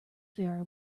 very